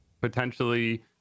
potentially